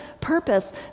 purpose